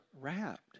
wrapped